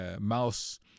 mouse